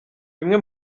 bimwe